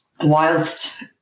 whilst